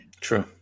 true